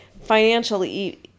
financially